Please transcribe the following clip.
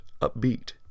upbeat